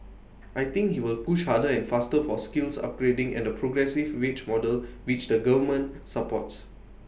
I think he will push harder and faster for skills upgrading and the progressive wage model which the government supports